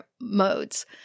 modes